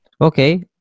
Okay